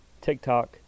TikTok